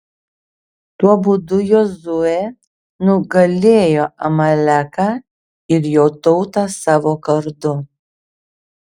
tuo būdu jozuė nugalėjo amaleką ir jo tautą savo kardu